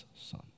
son